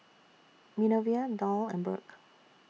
Minervia Doll and Burk